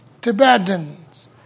Tibetans